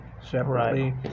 separately